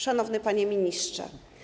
Szanowny Panie Ministrze!